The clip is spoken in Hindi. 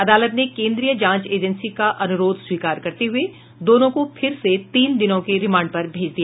अदालत ने केन्द्रीय जांच एजेंसी का अनुरोध स्वीकार करते हुए दोनों को फिर से तीन दिनों के रिमांड पर भेज दिया